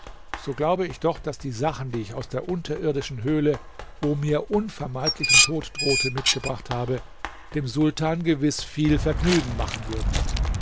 so glaube ich doch daß die sachen die ich aus der unterirdischen höhle wo mir unvermeidlichen tod drohte mitgebracht habe dem sultan gewiß viel vergnügen machen würden